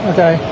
Okay